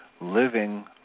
living